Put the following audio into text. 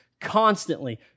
constantly